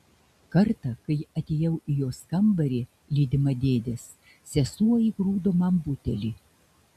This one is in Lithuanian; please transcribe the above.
kartą kai atėjau į jos kambarį lydima dėdės sesuo įgrūdo man butelį